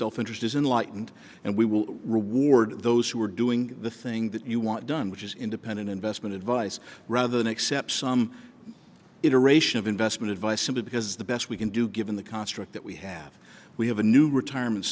self interest is in lightened and we will reward those who are doing the thing that you want done which is independent investment advice rather than accept some iteration of investment advice simply because the best we can do given the construct that we have we have a new retirement